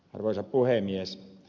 arvoisa puhemies